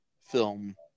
film